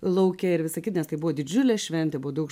lauke ir visa kita nes tai buvo didžiulė šventė buvo daug